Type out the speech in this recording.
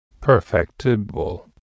perfectible